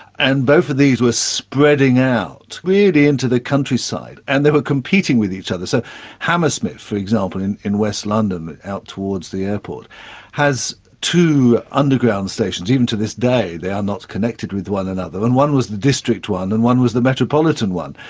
and both of these were spreading out really into the countryside, and they were competing with each other. so hammersmith, for example, in in west london out towards the airport has two underground stations, even to this day they are not connected with one another, and one was the district one and one was the metropolitan one.